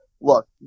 look